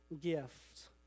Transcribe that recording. gift